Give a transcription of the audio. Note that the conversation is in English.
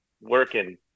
working